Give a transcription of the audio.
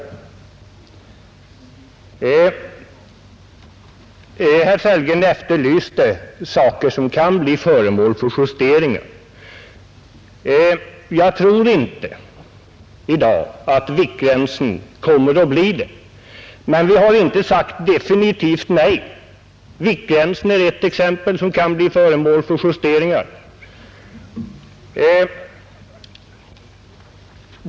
16 april 1971 Herr Sellgren efterlyste saker som kan bli föremål för justeringar. Jag ——— tror inte i dag att viktgränsen kommer att bli det, men vi har inte sagt — Regionalt transport definitivt nej. Viktgränsen är ett exempel på bestämmelser som kan bli stöd föremål för justeringar.